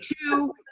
two